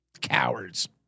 cowards